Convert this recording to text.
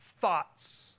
thoughts